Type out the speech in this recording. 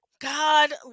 god